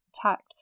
attacked